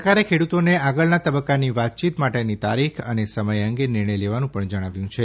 સરકારે ખેડૂતોને આગળના તબક્કાની વાતચીત માટેની તારીખ અને સમય અંગે નિર્ણય લેવાનું પણ જણાવ્યું છે